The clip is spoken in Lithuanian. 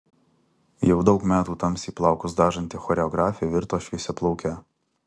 jau daug metų tamsiai plaukus dažanti choreografė virto šviesiaplauke